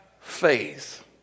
faith